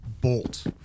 bolt